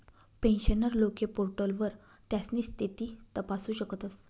pensioner लोके पोर्टलवर त्यास्नी स्थिती तपासू शकतस